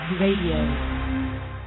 radio